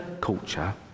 culture